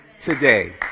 today